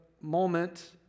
moment